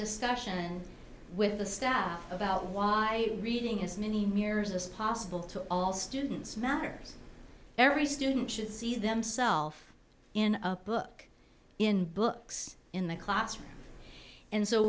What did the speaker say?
discussion with the staff about why reading his many mirrors as possible to all students matters every student should see themself in a book in books in the classroom and so